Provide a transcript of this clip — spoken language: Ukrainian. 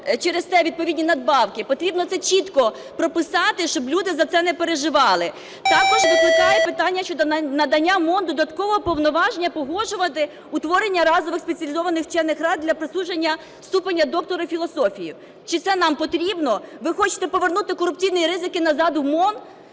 через те відповідні надбавки? Потрібно це чітко прописати, щоб люди за це не переживали. Також викликає питання щодо надання МОН додаткового повноваження погоджувати утворення разових спеціалізованих вчених рад для присудження ступеня доктора філософії. Чи це нам потрібно? Ви хочете повернути корупційні ризики назад в МОН?